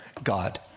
god